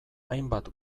hainbat